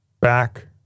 back